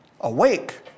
awake